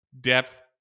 depth